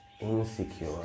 insecure